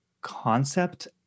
concept